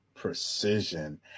precision